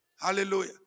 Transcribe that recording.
hallelujah